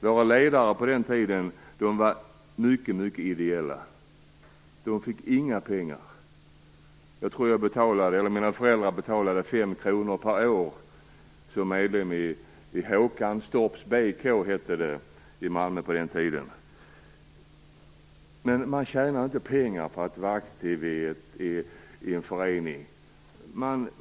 Våra ledare på den tiden jobbade högst ideellt. De fick inga pengar. Jag tror att mina föräldrar betalade 5 kr per år för mitt medlemskap i Håkanstorps BK i Malmö, som klubben på den tiden hette. Man tjänade alltså inga pengar på att vara aktiv i en förening.